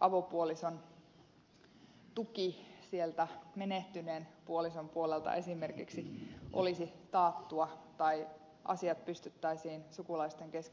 avopuoliso saa tukea sieltä menehtyneen puolison puolelta tai asiat pystytään sukulaisten kesken sopimaan asianmukaisesti